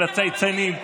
כל הצייצנים.